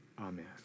Amen